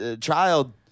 child